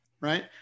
right